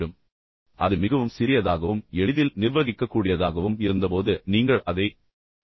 ஏனென்றால் அது மிகவும் சிறியதாகவும் எளிதில் நிர்வகிக்கக்கூடியதாகவும் இருந்தபோது நீங்கள் அதை செய்யவில்லை